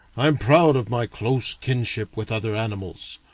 i am proud of my close kinship with other animals.